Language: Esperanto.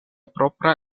propra